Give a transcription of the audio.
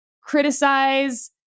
criticize